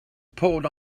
pulled